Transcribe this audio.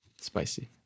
Spicy